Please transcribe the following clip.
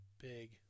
big